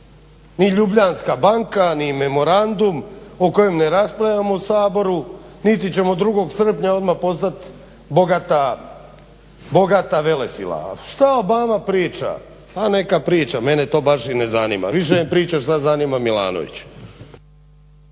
ni Ljubljanska banka, ni memorandum o kojem ne raspravljamo u Saboru, niti ćemo 2. srpnja odmah postat bogata velesila. A šta Obama priča? Pa neka priča, mene to baš i ne zanima, više me zanima šta priča Milanović.